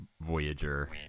Voyager